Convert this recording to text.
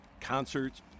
Concerts